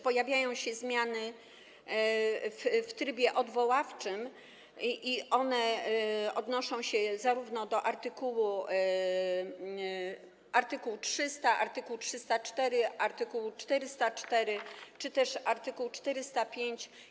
Pojawiają się zmiany w trybie odwoławczym i one odnoszą się zarówno do art. 300, art. 304, art. 404 czy też art. 405.